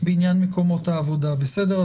בעניין מקומות העובדה בסדר?